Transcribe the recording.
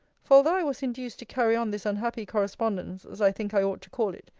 for although i was induced to carry on this unhappy correspondence, as i think i ought to call it,